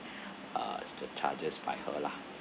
uh the charges by her lah